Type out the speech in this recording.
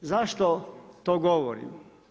Zašto to govorim?